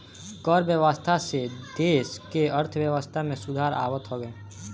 कर व्यवस्था से देस के अर्थव्यवस्था में सुधार आवत हवे